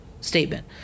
statement